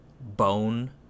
bone